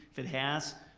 if it has,